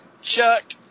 Chuck